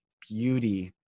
beauty